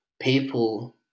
people